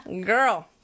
Girl